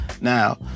Now